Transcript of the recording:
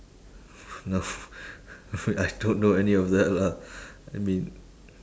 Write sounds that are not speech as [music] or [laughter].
no [laughs] wait I don't know any of that lah I mean